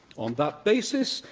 on that basis,